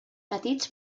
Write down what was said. petits